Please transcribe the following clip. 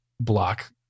block